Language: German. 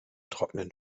trocknen